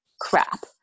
crap